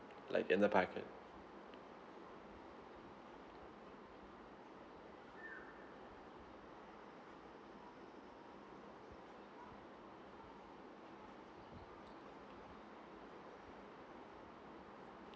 like in the packet